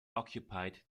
occupied